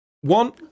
one